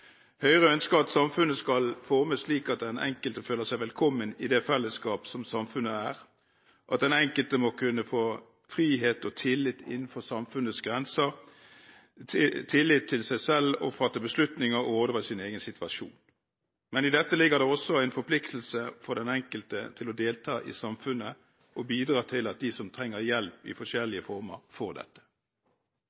Høyre ønsker at samfunnet skal formes slik at den enkelte føler seg velkommen i det fellesskap som samfunnet er, at den enkelte må kunne få frihet og tillit innenfor samfunnets grenser, tillit til seg selv og fatte beslutninger og råde over sin egen situasjon. Men i dette ligger det også en forpliktelse for den enkelte til å delta i samfunnet og bidra til at de som trenger hjelp i